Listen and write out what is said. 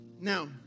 Now